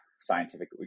scientific